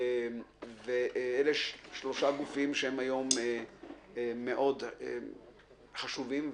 ואלה שלושה גופים שהם היום מאוד חשובים,